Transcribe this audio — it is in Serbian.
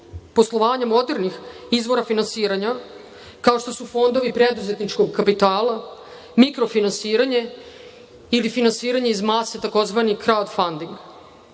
poslovanja modernih izvora finansiranja, kao što su fondovi preduzetničkog kapitala, mikrofinansiranje ili finansiranje iz mase, tzv. crowdfunding. Takođe